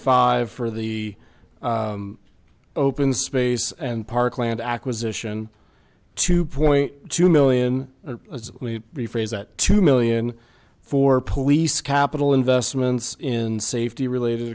five for the open space and park land acquisition two point two million rephrase that two million for police capital investments in safety related